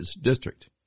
district